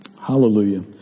Hallelujah